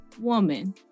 woman